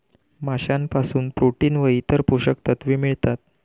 माशांपासून प्रोटीन व इतर पोषक तत्वे मिळतात